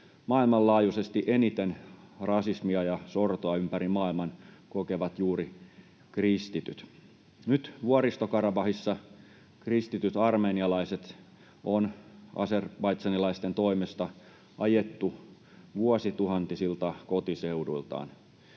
Maailmanlaajuisesti eniten rasismia ja sortoa ympäri maailman kokevat juuri kristityt. Nyt Vuoristo-Karabahissa kristityt armenialaiset on azerbaidžanilaisten toimesta ajettu vuosituhantisilta kotiseuduiltaan.